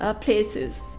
places